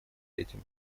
этим